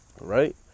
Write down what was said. right